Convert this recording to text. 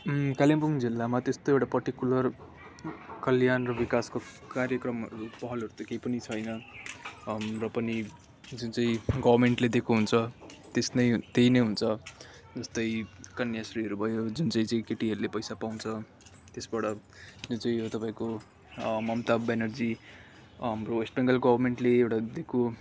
कालिम्पोङ जिल्लामा त्यस्तो एउटा पार्टिकुलर कल्याण र विकासको कार्यक्रमहरू पहलहरू त केही पनि छैन र पनि जुन चाहिँ गभर्मेन्टले दिएको हुन्छ त्यस नै त्यही नै हुन्छ जस्तै कन्याश्रीहरू भयो जुन चाहिँ चाहिँ केटीहरूले पैसा पाउँछ त्यसबाट जुन चाहिँ यो तपाईँको ममता बेनर्जी हाम्रो वेस्ट बेङ्गल गभर्मेन्टले एउटा दिएको